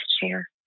chair